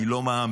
אני לא מאמין.